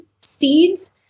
seeds